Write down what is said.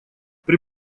при